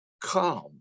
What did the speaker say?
come